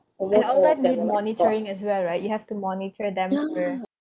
I'll let them monitoring as well right you have to monitor them